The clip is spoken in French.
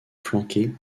flanqué